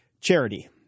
charity